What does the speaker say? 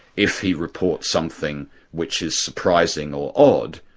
if he reports something which is surprising or odd,